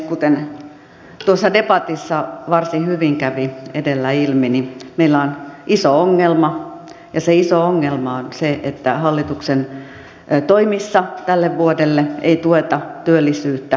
kuten debatissa varsin hyvin kävi edellä ilmi meillä on iso ongelma ja se iso ongelma on se että hallituksen toimissa tälle vuodelle ei tueta työllisyyttä tässä ja nyt